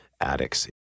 addicts